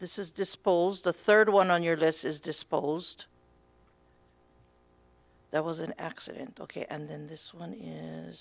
is is disposed the third one on your list is disposed that was an accident ok and then this one